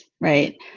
right